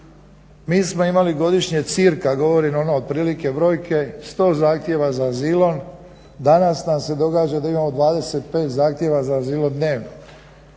mi smo imali godišnje cirka, govorim ono otprilike brojke, 100 zahtjeva za azilom, danas nam se događa da imamo 25 zahtjeva za azilom dnevno.